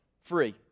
free